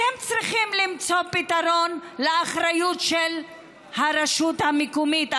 אתם צריכים למצוא פתרון לאחריות של הרשות המקומית,